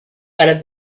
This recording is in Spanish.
para